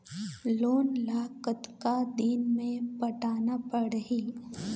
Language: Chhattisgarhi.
लोन ला कतका दिन मे पटाना पड़ही?